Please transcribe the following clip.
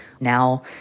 now